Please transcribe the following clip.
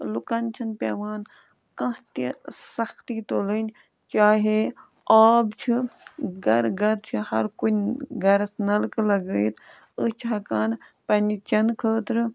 لُکَن چھِنہٕ پٮ۪وان کانٛہہ تہِ سَختی تُلٕنۍ چاہے آب چھُ گَرٕ گَرٕ چھِ ہَر کُنہِ گَرَس نَلکہٕ لَگٲیِتھ أسۍ چھِ ہٮ۪کان پنٛنہِ چٮ۪نہٕ خٲطرٕ